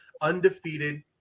undefeated